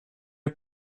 are